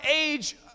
age